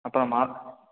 அப்புறம் மாத்